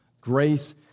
Grace